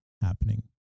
happening